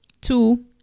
Two